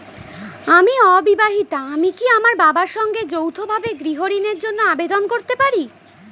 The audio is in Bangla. আমি অবিবাহিতা আমি কি আমার বাবার সঙ্গে যৌথভাবে গৃহ ঋণের জন্য আবেদন করতে পারি?